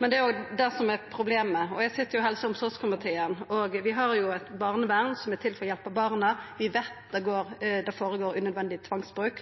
Men det er jo det som er problemet. Eg sit i helse- og omsorgskomiteen. Vi har eit barnevern som er til for å hjelpa barna – vi veit det skjer unødvendig tvangsbruk,